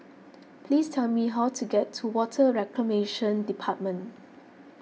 please tell me how to get to Water Reclamation Department